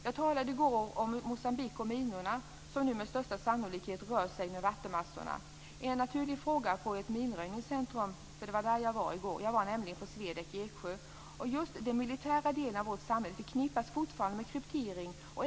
Jag talade i går om Moçambique och minorna, som nu med största sannolikhet rör sig med vattenmassorna. Det är en naturlig fråga på ett minröjningscentrum. Jag var nämligen på SWEDEC i Eksjö i går. Just den militära delen av vårt samhälle förknippas fortfarande med kryptering.